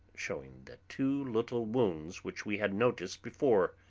showing the two little wounds which we had noticed before,